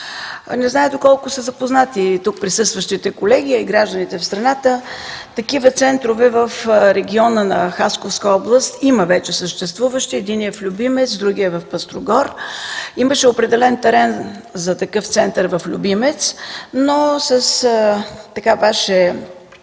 Не знам доколко са запознати присъстващите тук колеги, а и гражданите на страната. Такива центрове в региона на Хасковска област вече има съществуващи – единият е в Любимец, а другият – в Пъстрогор. Имаше определен терен за такъв център в Любимец. С Ваше